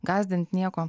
gąsdint nieko